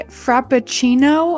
frappuccino